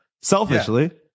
selfishly